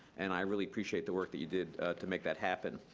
and i really appreciate the work that you did to make that happen.